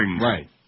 Right